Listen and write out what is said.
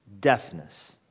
deafness